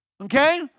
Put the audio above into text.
Okay